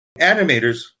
animators